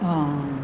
आं